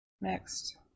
next